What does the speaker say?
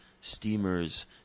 steamers